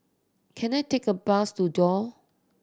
can I take a bus to Duo